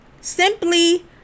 simply